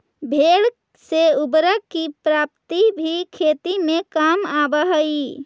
भेंड़ से उर्वरक की प्राप्ति भी खेती में काम आवअ हई